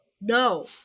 no